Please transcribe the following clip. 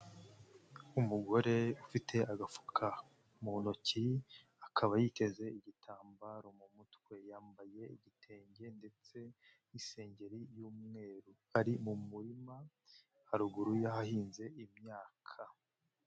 Umugore ufite agafuka, mu ntoki, akaba yiteze igitambaro mu mutwe yambaye igitenge ndetse, n'isengeri y'umweru, ari mu murima, haruguru yahahinze imyaka.